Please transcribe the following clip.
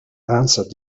answered